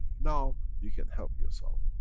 now you can help yourself.